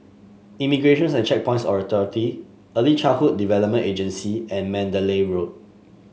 Immigration and Checkpoints Authority Early Childhood Development Agency and Mandalay Road